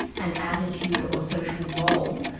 an attitude or social role,